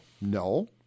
no